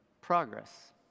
progress